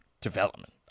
development